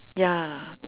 ya